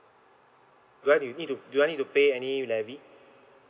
do I need to do I need to pay any levy